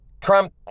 Trump